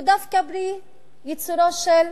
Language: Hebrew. הוא דווקא ייצורה של